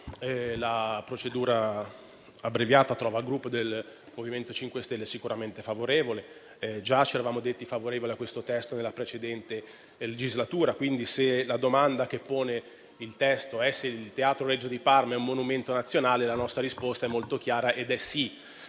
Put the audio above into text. procedura abbreviata trova il Gruppo MoVimento 5 Stelle sicuramente favorevole. Già ci eravamo detti favorevoli a questo testo nella precedente legislatura. Quindi, se la domanda che il testo pone è se il Teatro Regio di Parma sia un monumento nazionale la nostra risposta è molto chiara ed è sì.